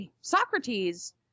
Socrates